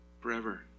forever